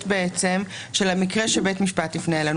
של המקרה שבו בית המשפט יפנה אלינו.